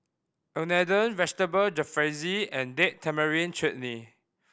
Unadon Vegetable Jalfrezi and Date Tamarind Chutney